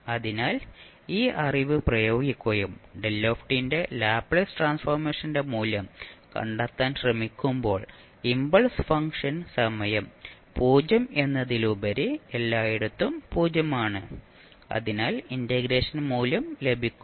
അതിനാൽ ഈ അറിവ് പ്രയോഗിക്കുകയും ന്റെ ലാപ്ലേസ് ട്രാൻസ്ഫോർമേഷന്റെ മൂല്യം കണ്ടെത്താൻ ശ്രമിക്കുമ്പോൾ ഇംപൾസ് ഫംഗ്ഷൻ സമയം 0 എന്നതിലുപരി എല്ലായിടത്തും 0 ആണ് അതിനാൽ ഇന്റഗ്രേഷൻ മൂല്യം ലഭിക്കും